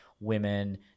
women